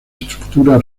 estructura